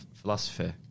philosophy